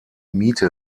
miete